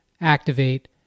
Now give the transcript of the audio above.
activate